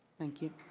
thank you.